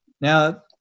Now